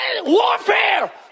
Warfare